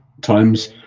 times